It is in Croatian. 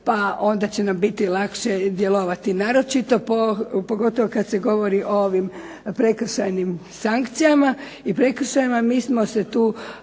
pa onda će nam biti lakše djelovati. Pogotovo kada se govori o ovim prekršajnim sankcijama i prekršajima. MI smo se tu